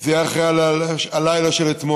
זה דווקא יהיה אחרי הלילה של אתמול.